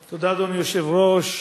תודה, אדוני היושב-ראש.